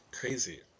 crazy